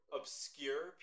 obscure